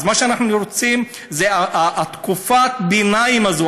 אז מה שאנחנו רוצים זה את תקופת הביניים הזאת,